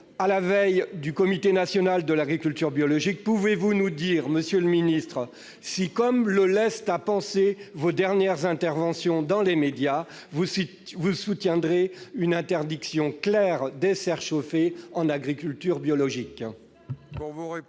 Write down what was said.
de la réunion du Comité national de l'agriculture biologique, pouvez-vous nous dire si, comme le laissent penser vos dernières interventions dans les médias, vous soutiendrez une interdiction claire des serres chauffées en agriculture biologique ?